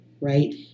right